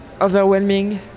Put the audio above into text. overwhelming